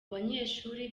banyeshuri